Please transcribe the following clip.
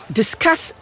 discuss